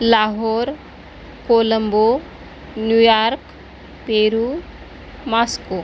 Lahore Colombo New York Peru Moscow